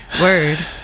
word